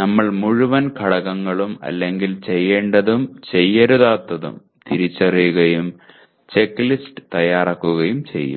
നമ്മൾ മുഴുവൻ ഘടകങ്ങളും അല്ലെങ്കിൽ ചെയ്യേണ്ടതും ചെയ്യരുതാത്തതും തിരിച്ചറിയുകയും ചെക്ക്ലിസ്റ്റ് തയ്യാറാക്കുകയും ചെയ്യും